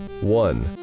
one